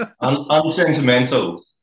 Unsentimental